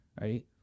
right